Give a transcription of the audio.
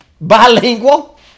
Bilingual